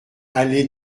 allée